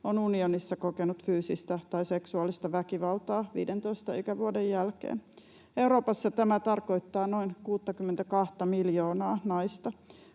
on unionissa kokenut fyysistä tai seksuaalista väkivaltaa 15 ikävuoden jälkeen. Euroopassa tämä tarkoittaa noin 62:ta miljoonaa naista.